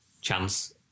chance